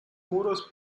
muros